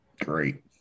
great